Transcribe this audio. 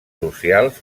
socials